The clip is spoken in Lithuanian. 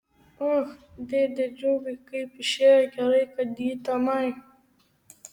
och dėde džiugai kaip išėjo gerai kad ji tenai